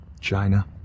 china